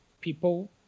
people